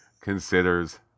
considers